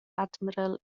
admiral